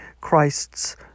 Christ's